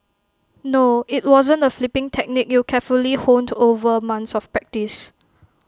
no IT wasn't the flipping technique you carefully honed over months of practice